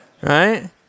Right